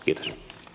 kiitos